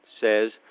says